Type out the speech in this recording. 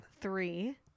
three